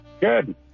Good